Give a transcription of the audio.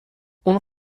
اون